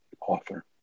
author